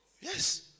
Yes